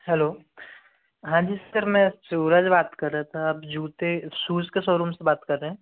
hello हाँ जी sir मैं सूरज बात कर रहा था आप जूते शूज के शोरूम से बात कर रहे है